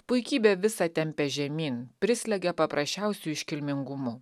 puikybė visa tempia žemyn prislegia paprasčiausiu iškilmingumu